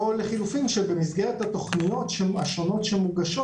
או לחילופין שבמסגרת התוכניות השונות שמוגשות